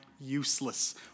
useless